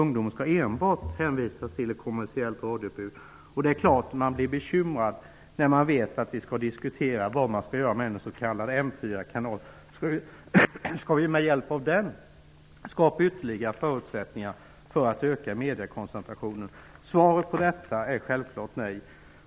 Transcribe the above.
Ungdomen skall enbart hänvisas till ett kommersiellt radioutbud. Det är klart att man blir bekymrad när man vet att vi skall diskutera vad vi skall göra med den s.k. M 4-kanalen. Skall vi med hjälp av den skapa ytterligare förutsättningar för att öka mediekoncentrationen? Svaret på detta är självfallet nej.